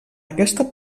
aquesta